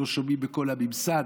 והם לא שומעים בקול הממסד,